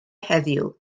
heddiw